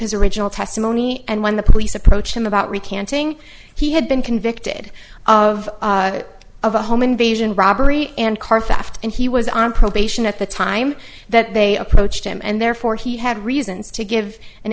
his original testimony and when the police approached him about recanted he had been convicted of a home invasion robbery and car theft and he was on probation at the time that they approached him and therefore he had reasons to give an